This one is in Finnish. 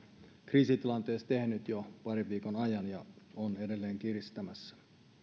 kriisitilanteessa tehnyt jo parin viikon ajan ja on edelleen kiristämässä kiitos